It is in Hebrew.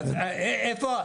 אז איפה?